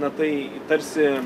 na tai tarsi